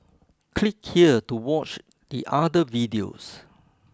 click here to watch the other videos